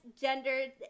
gendered